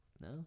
no